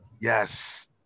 Yes